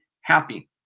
happy